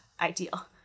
ideal